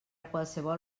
qualsevol